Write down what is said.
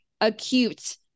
acute